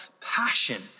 passion